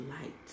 light